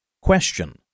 Question